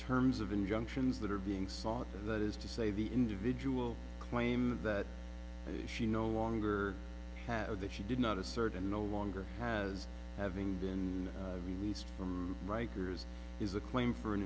terms of injunctions that are being sought that is to say the individual claim that he she no longer have that she did not assert and no longer has having been released from riker's is a claim for an